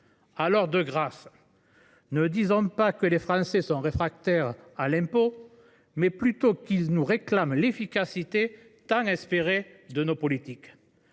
Alors, de grâce, ne disons pas que les Français sont réfractaires à l’impôt. Disons plutôt qu’ils nous réclament l’efficacité tant espérée de nos politiques.